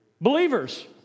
Believers